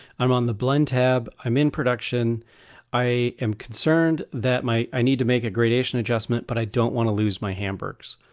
i'm on the blend tab i'm in production i am concerned that my i need to make a gradation adjustment but i don't want to lose my hamburg's.